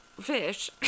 fish